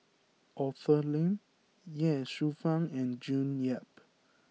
Arthur Lim Ye Shufang and June Yap